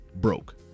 broke